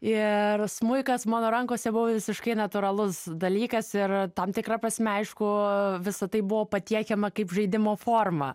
ir smuikas mano rankose buvo visiškai natūralus dalykas ir tam tikra prasme aišku visa tai buvo patiekiama kaip žaidimo forma